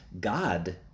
God